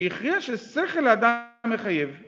הכריע ששכל האדם מחייב